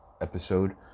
episode